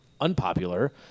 unpopular